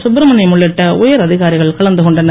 சுப்ரமணியம் உள்ளிட்ட உயர் அதிகாரிகள் கலந்து கொண்டனர்